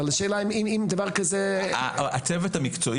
אבל השאלה אם דבר כזה -- הצוות המקצועי